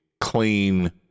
clean